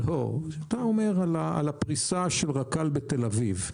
לא, על הפריסה של רכ"ל בתל אביב.